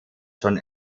john